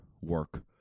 work